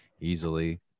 easily